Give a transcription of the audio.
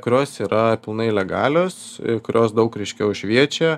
kurios yra pilnai legalios kurios daug ryškiau šviečia